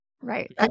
right